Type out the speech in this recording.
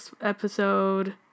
episode